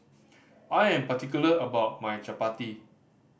I am particular about my Chapati